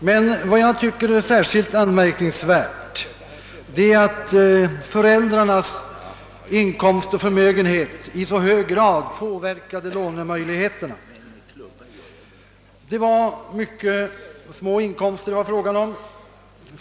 Men vad jag tycker är särskilt anmärkningsvärt är att föräldrarnas inkomst och förmögenhet i så hög grad påverkade lånemöjligheterna. Det gällde mycket små inkomster.